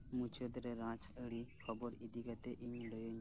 ᱢᱩᱪᱟᱹᱫ ᱨᱮ ᱨᱟᱡᱟᱹᱨᱤ ᱠᱷᱚᱵᱚᱨ ᱤᱫᱤᱠᱟᱛᱮᱫ ᱤᱧ ᱞᱟᱹᱭᱟᱹᱧ ᱢᱮ